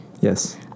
Yes